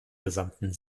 gesamten